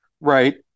right